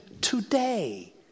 today